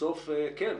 בסוף כן,